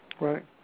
Right